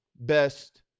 best